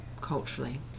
culturally